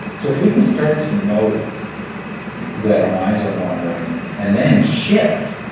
so if we can start to notice that our minds are wandering and then shift,